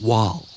Wall